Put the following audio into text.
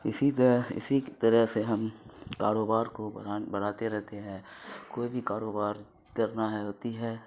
اسی طرح اسی طرح سے ہم کاروبار کو بڑھاتے رہتے ہیں کوئی بھی کاروبار کرنا ہے ہوتی ہے